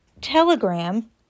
Telegram